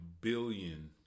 billion